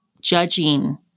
judging